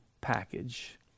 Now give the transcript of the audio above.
package